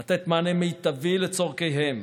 לתת מענה מיטבי לצורכיהם,